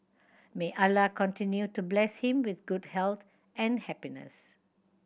may Allah continue to bless him with good health and happiness